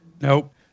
Nope